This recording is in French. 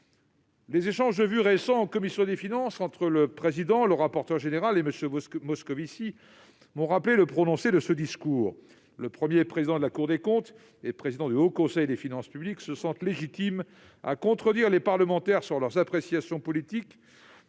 Les échanges de vues récents en commission des finances entre le président, le rapporteur général et M. Moscovici m'ont rappelé le prononcé de ce discours. Le premier président de la Cour des comptes et président du Haut Conseil des finances publiques se sent légitime pour contredire les parlementaires sur leurs appréciations politiques,